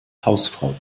hausfrau